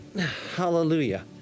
Hallelujah